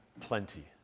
plenty